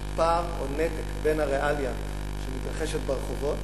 שיש פער או נתק בין הריאליה שמתרחשת ברחובות